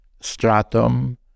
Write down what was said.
stratum